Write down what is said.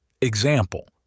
Example